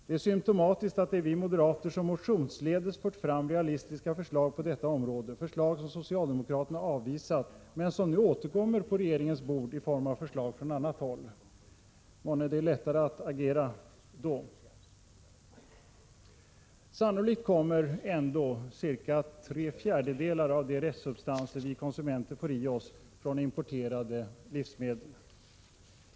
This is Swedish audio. Det är symptomatiskt att det är vi moderater som motionsledes fört fram realistiska förslag på detta område, förslag som socialdemokraterna avvisat men som nu återkommer på regeringens bord i form av förslag från annat håll. Månne är det lättare att agera då? Sannolikt kommer cirka tre fjärdedelar av de restsubstanser vi konsumenter får i oss från importerade livsmedel.